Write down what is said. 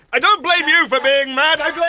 i don't blame you for being mad i'll